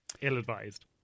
Ill-advised